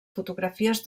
fotografies